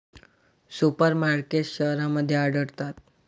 super markets शहरांमध्ये आढळतात